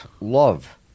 love